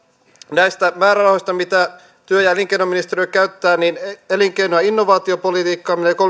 näistä määrärahoista mitä työ ja elinkeinoministeriö käyttää elinkeino ja innovaatiopolitiikkaan menee